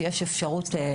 יש אפשרות להבדיל?